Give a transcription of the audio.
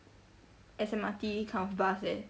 S_M_R_T that kind of bus